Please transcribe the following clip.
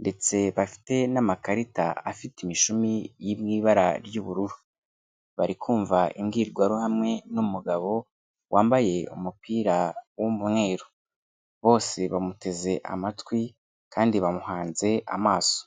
ndetse bafite n'amakarita afite imishumi iri mu ibara ry'ubururu. Bari kumva imbwirwaruhame n'umugabo wambaye umupira w'umweru. Bose bamuteze amatwi kandi bamuhanze amaso.